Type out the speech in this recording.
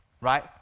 right